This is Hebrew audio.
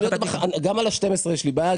גם על ה-12 יש לי בעיה,